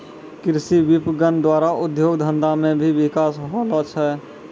कृषि विपणन द्वारा उद्योग धंधा मे भी बिकास होलो छै